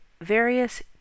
various